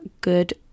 good